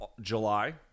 July